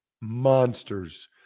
Monsters